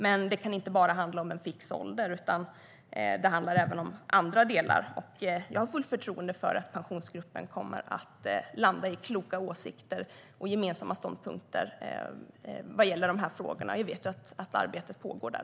Det kan dock inte bara handla om en fix ålder, utan det handlar även om annat, och jag har fullt förtroende för att Pensionsgruppen kommer att landa i kloka åsikter och gemensamma ståndpunkter vad gäller dessa frågor. Jag vet ju att arbetet pågår där.